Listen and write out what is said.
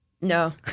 No